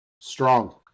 Strong